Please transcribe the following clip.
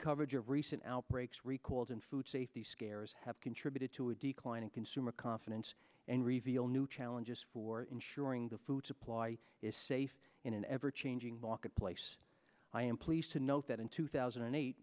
coverage of recent outbreaks recalls and food safety scares have contributed to a decline in consumer confidence and reveal new challenges for ensuring the food supply is safe in an ever changing marketplace i am pleased to note that in two thousand and eight